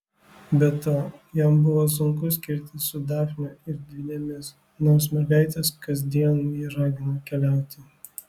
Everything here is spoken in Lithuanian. be to jam buvo sunku skirtis su dafne ir dvynėmis nors mergaitės kasdien jį ragino keliauti